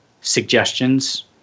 suggestions